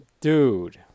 Dude